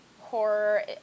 horror